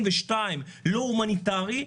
לא הומניטרי,